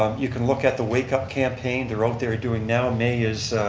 um you can look at the wake up campaign they're out there doing now. may is